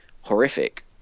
horrific